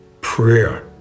prayer